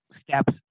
steps